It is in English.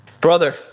Brother